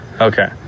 Okay